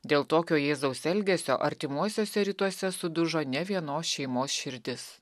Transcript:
dėl tokio jėzaus elgesio artimuosiuose rytuose sudužo ne vienos šeimos širdis